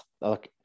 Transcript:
look